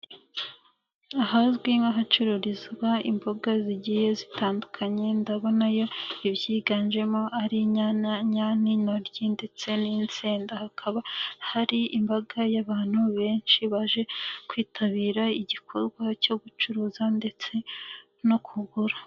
Ahazwi nk'ahacururizwa imboga zigiye zitandukanye, ndabonayo ibyiganjemo ari inyanya n'intoryi ndetse n'insensa, hakaba hari imbaga y'abantu benshi baje kwitabira igikorwa cyo gucuruza ndetse no kugura.